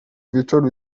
wieczoru